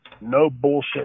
no-bullshit